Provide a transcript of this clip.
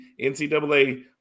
NCAA